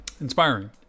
inspiring